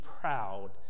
proud